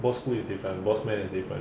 bossku is different boss man is different